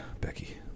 Becky